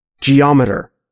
Geometer